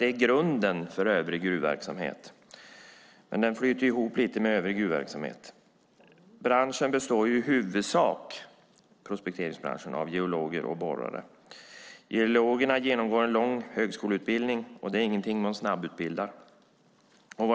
Den är grunden för övrig gruvverksamhet, men den flyter ihop lite med övrig gruvverksamhet. Prospekteringsbranschen består i huvudsak av geologer och borrare. Geologerna genomgår en lång högskoleutbildning. Det är alltså inte en snabbutbildning.